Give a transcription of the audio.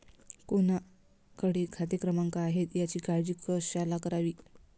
कोणाकडे खाते क्रमांक आहेत याची काळजी कशाला करावी